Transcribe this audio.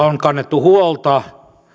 on kannettu huolta